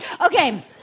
Okay